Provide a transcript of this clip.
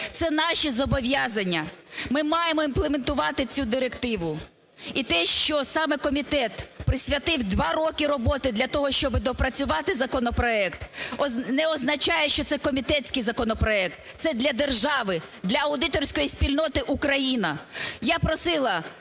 Це наші зобов'язання, ми маємо імплементувати цю директиву. І те, що саме комітет присвятив два роки роботи для того, щоб доопрацювати законопроект, не означає, що це комітетський законопроект. Це для держави, для аудиторської спільноти Україна. Я просила